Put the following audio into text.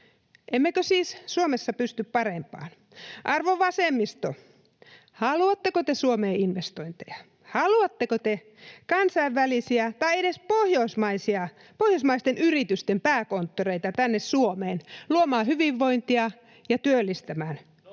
Emmekö siis Suomessa pysty parempaan? Arvon vasemmisto, haluatteko te Suomeen investointeja, haluatteko te kansainvälisten tai edes pohjoismaisten yritysten pääkonttoreita tänne Suomeen luomaan hyvinvointia ja työllistämään?